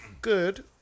good